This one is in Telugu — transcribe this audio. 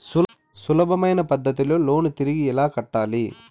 సులభమైన పద్ధతిలో లోను తిరిగి ఎలా కట్టాలి